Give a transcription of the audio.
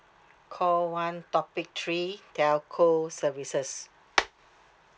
call one topic three telco services